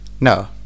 No